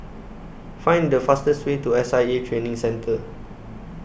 Find The fastest Way to S I A Training Centre